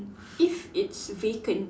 if it's vacant